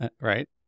Right